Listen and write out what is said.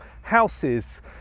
houses